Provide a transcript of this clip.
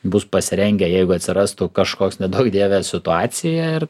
bus pasirengę jeigu atsirastų kažkoks neduok dieve situacija ir